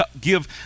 give